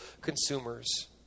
consumers